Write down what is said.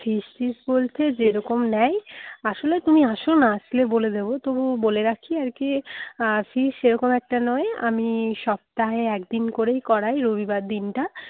ফিস টিস বলতে যেরকম নেয় আসলে তুমি আসো না আসলে বলে দেব তবুও বলে রাখি আর কী ফিস সেরকম একটা নয় আমি সপ্তাহে একদিন করেই করাই রবিবার দিনটা